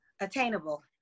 Attainable